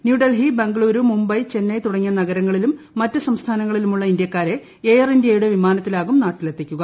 ന്യൂഡൽഹി ബംഗ്ളൂരു മുംബൈ ചെന്നൈ തുടങ്ങിയ നഗരങ്ങളിലും മറ്റ് സംസ്ഥാനങ്ങളിലുമുള്ള ഇന്ത്യാക്കാരെ എയർ ഇന്ത്യയുടെ വിമാനത്തിലാകും നാട്ടിലെത്തിക്കുക